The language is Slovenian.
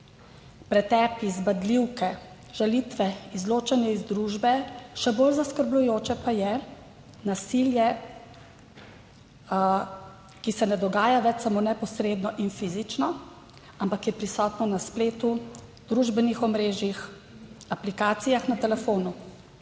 Pretepi, zbadljivke, žalitve, izločanje iz družbe, še bolj zaskrbljujoče pa je nasilje, ki se ne dogaja več samo neposredno in fizično, ampak je prisotno na spletu, družbenih omrežjih, aplikacijah na telefonu,